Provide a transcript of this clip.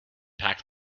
packed